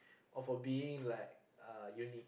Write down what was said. or for being like uh unique